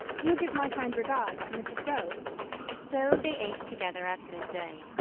you'll give my kind regards to mrs. grove so they ate together at midday,